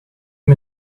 him